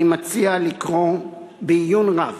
אני מציע לקרוא בעיון רב